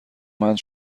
مند